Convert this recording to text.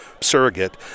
surrogate